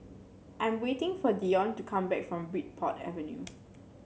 I'm waiting for Deon to come back from Bridport Avenue